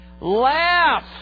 Laugh